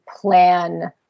plan